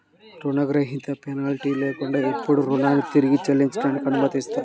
రుణగ్రహీత పెనాల్టీ లేకుండా ఎప్పుడైనా రుణాన్ని తిరిగి చెల్లించడానికి అనుమతిస్తుంది